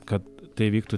kad tai įvyktų